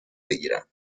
بگیرم